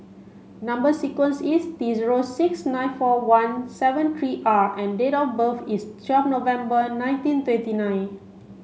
number sequence is T zero six nine four one seven three R and date of birth is twelve November nineteen twenty nine